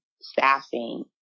staffing